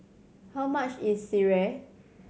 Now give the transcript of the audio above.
how much is sireh